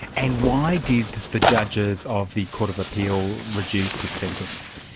and why did the judges of the court of appeal reduce his sentence?